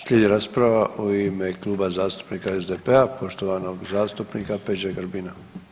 Slijedi rasprava u ime Kluba zastupnika SDP-a, poštovanog zastupnika Peđe Grbina.